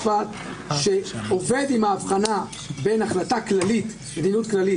בהירות שחורגת מכל מה שאנחנו מכירים באי בהירויות אחרות,